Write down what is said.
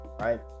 right